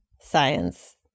science